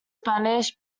spanish